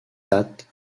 that